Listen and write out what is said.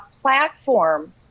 platform